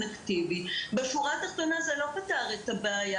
אקטיבי בשורה התחתונה זה לא פתר את הבעיה,